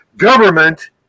Government